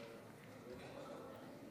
תודה רבה.